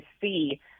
see